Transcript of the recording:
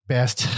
Best